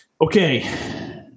Okay